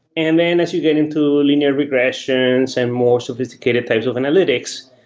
and then as you get into linear regressions and more sophisticated types of analytics,